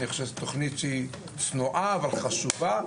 אני חושב שזו תוכנית שהיא צנועה אבל חשובה,